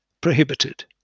prohibited